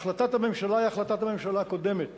החלטת הממשלה היא החלטת הממשלה הקודמת